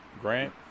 Grant